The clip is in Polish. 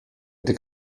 gdy